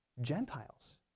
Gentiles